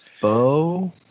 Bo